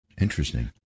Interesting